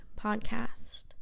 podcast